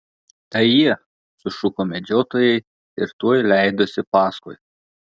tai jie sušuko medžiotojai ir tuoj leidosi paskui